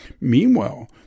Meanwhile